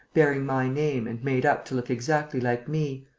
bearing my name and made up to look exactly like me,